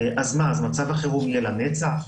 אז מה, אז מצב החירום יהיה לנצח?